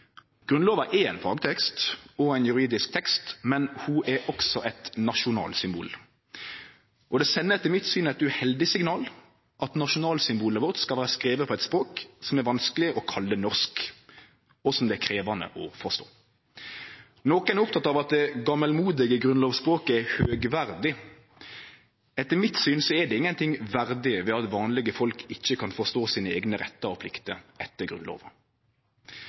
Grunnlova er ein fagtekst og ein juridisk tekst, men ho er også eit nasjonalsymbol. Det sender etter mitt syn eit uheldig signal at nasjonalsymbolet vårt skal vere skrive på eit språk som er vanskeleg å kalle norsk, og som det er krevjande å forstå. Nokon er opptekne av at det gamalmodige grunnlovsspråket er høgverdig. Etter mitt syn er det ingenting verdig ved at vanlege folk ikkje kan forstå sine eigne rettar og pliktar etter Grunnlova.